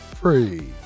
Free